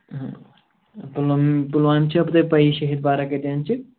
پُلوام پُلوامہِ چھا تۄہہِ پَیِی شٔہیٖد پارک کَتٮ۪ن چھِ